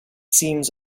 seems